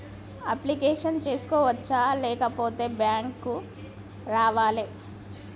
Application చేసుకోవచ్చా లేకపోతే bank రావాలా?